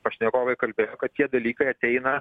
pašnekovai kalbėjo kad tie dalykai ateina